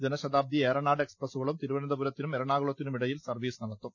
ജന ശതാബ്ദി ഏറനാട് എക്സ്പ്രസുകളും തിരുവനന്തപുരത്തിനും എറണാകുളത്തിനുമിടയിൽ സർവ്വീസ് നടത്തും